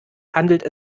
handelt